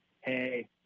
hey